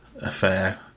affair